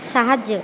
সাহায্য